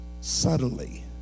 subtly